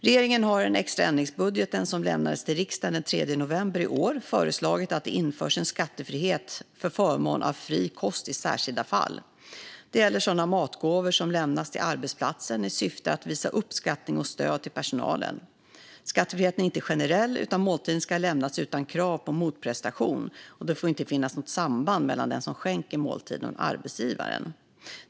Regeringen har i den extra ändringsbudget som lämnades till riksdagen den 3 november i år föreslagit att det införs en skattefrihet för förmån av fri kost i särskilda fall. Det gäller sådana matgåvor som lämnas till arbetsplatser i syfte att visa uppskattning och stöd till personalen. Skattefriheten är inte generell, utan måltiden ska ha lämnats utan krav på motprestation, och det får inte finnas något samband mellan den som skänker måltiden och arbetsgivaren.